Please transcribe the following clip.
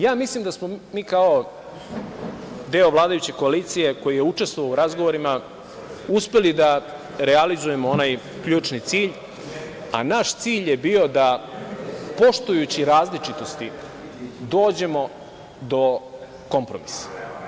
Ja mislim da smo mi kao deo vladajuće koalicije koji je učestvovao u razgovorima uspeli da realizujemo onaj ključni cilj, a naš cilj je bio da, poštujući različitosti, dođemo do kompromisa.